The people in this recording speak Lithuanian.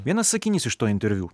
vienas sakinys iš to interviu